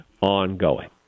ongoing